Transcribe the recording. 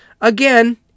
again